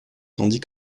tandis